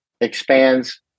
expands